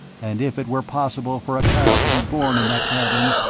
and if it were possible for a child to be born in that cavern,